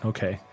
Okay